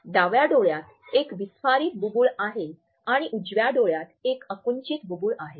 डाव्या डोळ्यात एक विस्फारित बुबुळ आहे आणि उजव्या डोळ्यात एक आकुंचित बुबुळ आहे